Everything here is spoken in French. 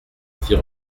fit